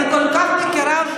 אני כל כך מכירה,